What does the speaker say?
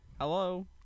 Hello